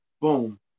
boom